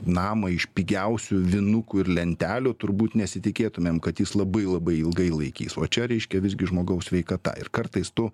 namą iš pigiausių vynukų ir lentelių turbūt nesitikėtumėm kad jis labai labai ilgai laikys o čia reiškia visgi žmogaus sveikata ir kartais tu